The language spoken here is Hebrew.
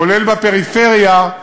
כולל בפריפריה,